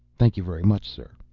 thank you very much sir.